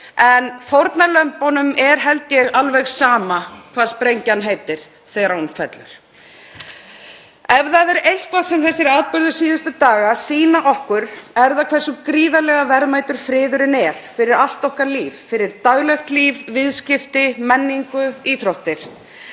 En fórnarlömbunum er, held ég, alveg sama hvað sprengjan heitir þegar hún fellur. Ef það er eitthvað sem atburðir síðustu daga sýna okkur er það hversu gríðarlega verðmætur friðurinn er fyrir allt okkar líf; fyrir daglegt líf, viðskipti, menningu, íþróttir.